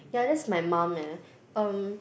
yeah that's my mom eh um